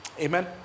Amen